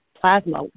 plasma